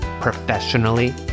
professionally